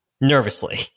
Nervously